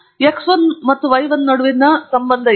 ಆದ್ದರಿಂದ ಇದು x 1 ಮತ್ತು y 1 ನಡುವಿನ ಸಂಬಂಧವಾಗಿದೆ